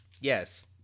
Yes